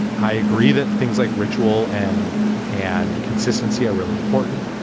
i agree that things like ritual and and consistency are really important.